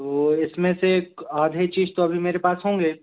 तो इसमें से एक आधी चीज तो अभी मेरे पास होंगे